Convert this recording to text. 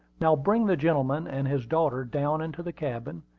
now bring the gentleman and his daughter down into the cabin,